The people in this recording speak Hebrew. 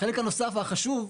החלק הנוסף והחשוב,